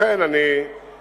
לכן אני מבקש,